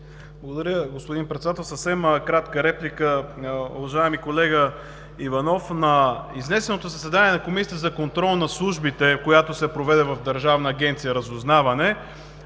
Благодаря, господин Председател. Съвсем кратка реплика. Уважаеми колега Иванов, на изнесеното заседание на Комисията за контрол над службите, която се проведе в Държавна агенция „Разузнаване“,